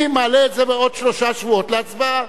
אני מעלה את זה בעוד שלושה שבועות להצבעה.